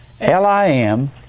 l-i-m